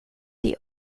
die